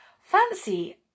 fancy